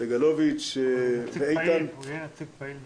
חבר הכנסת סגלוביץ' --- הוא יהיה נציג פעיל מאוד.